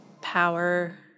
power